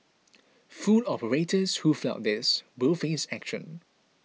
food operators who flout this will face action